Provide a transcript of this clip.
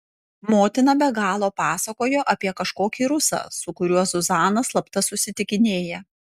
motina be galo pasakojo apie kažkokį rusą su kuriuo zuzana slapta susitikinėja